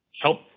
help